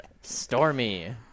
Stormy